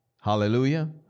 Hallelujah